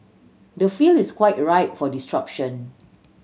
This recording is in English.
the field is quite ripe for disruption